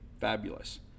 fabulous